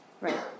Right